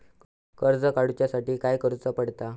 कर्ज काडूच्या साठी काय करुचा पडता?